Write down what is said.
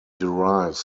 derives